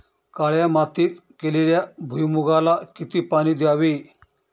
काळ्या मातीत केलेल्या भुईमूगाला किती पाणी द्यावे?